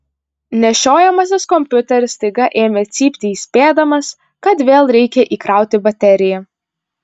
nešiojamasis kompiuteris staiga ėmė cypti įspėdamas kad vėl reikia įkrauti bateriją